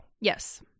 Yes